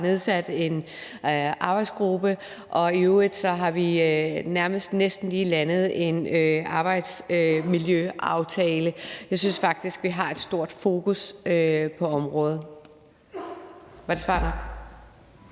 nedsat en arbejdsgruppe, og i øvrigt har vi nærmest næsten lige landet en arbejdsmiljøaftale. Jeg synes faktisk, vi har et stort fokus på området. Var det svar nok?